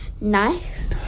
nice